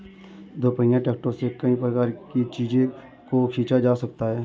दोपहिया ट्रैक्टरों से कई प्रकार के चीजों को खींचा जा सकता है